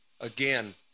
Again